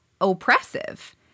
oppressive